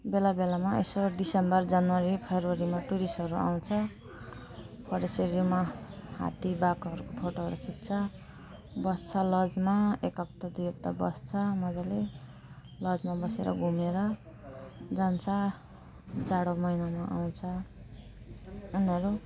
बेला बेलामा यसो डिसेम्बर जनवरी फब्रुअरीमा टुरिस्टहरू आउँछ फोरेस्ट एरियामा हात्ती बाघहरूको फोटोहरू खिच्छ बस्छ लजमा एक हप्ता दुई हप्ता बस्छ मजाले लजमा बसेर घुमेर जान्छ जाडो महिनामा आउँछ उनीहरू